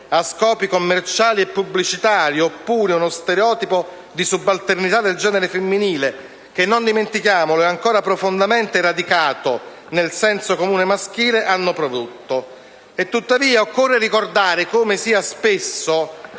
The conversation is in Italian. a scopi commerciali e pubblicitari oppure uno stereotipo di subalternità del genere femminile, che - non dimentichiamolo - è ancora profondamente radicato nel senso comune maschile, hanno prodotto. Tuttavia, occorre ricordare come spesso